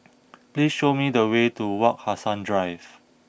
please show me the way to Wak Hassan Drive